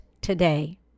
today